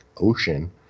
ocean